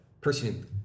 person